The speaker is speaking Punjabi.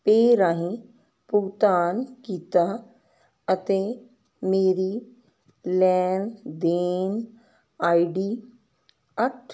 ਪੇ ਰਾਹੀਂ ਭੁਗਤਾਨ ਕੀਤਾ ਅਤੇ ਮੇਰੀ ਲੈਣ ਦੇਣ ਆਈਡੀ ਅੱਠ